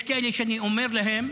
יש כאלה שאני אומר להם